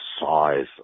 size